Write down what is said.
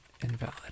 invalid